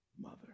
mother